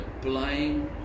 applying